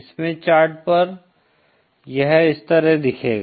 Smith chart पर यह इस तरह दिखेगा